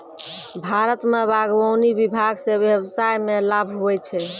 भारत मे बागवानी विभाग से व्यबसाय मे लाभ हुवै छै